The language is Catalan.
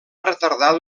retardar